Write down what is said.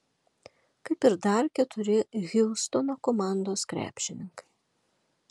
kaip ir dar keturi hjustono komandos krepšininkai